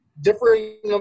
differing